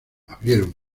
abrieron